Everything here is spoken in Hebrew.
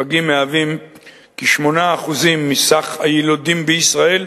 פגים מהווים כ-8% מסך היילודים בישראל,